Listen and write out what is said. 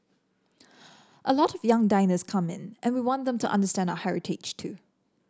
a lot of young diners come in and we want them to understand our heritage too